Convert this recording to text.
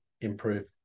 improve